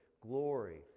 glory